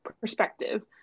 perspective